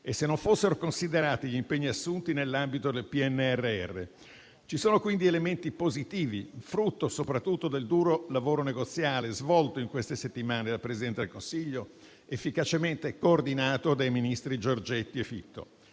e se non fossero considerati gli impegni assunti nell'ambito del PNRR. Ci sono quindi elementi positivi, frutto soprattutto del duro lavoro negoziale svolto in queste settimane dal Presidente del Consiglio, efficacemente coordinato dai ministri Giorgetti e Fitto.